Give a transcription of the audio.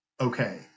okay